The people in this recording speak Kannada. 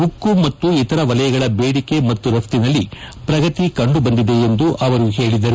ಉಕ್ಕು ಮತ್ತು ಇತರ ವಲಯಗಳ ಬೇಡಿಕೆ ಮತ್ತು ರಫ್ತಿನಲ್ಲಿ ಪ್ರಗತಿ ಕಂಡುಬಂದಿದೆ ಎಂದು ಅವರು ಹೇಳಿದರು